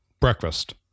breakfast